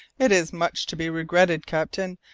it is much to be regretted, captain,